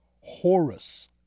Horus